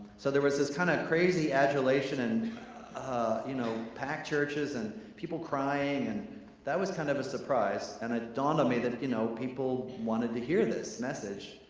so there was this kinda crazy adulation and ah you know packed churches and people crying. and that was kind of a surprise and it dawned on me that you know people wanted to hear this message.